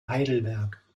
heidelberg